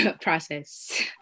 process